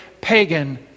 pagan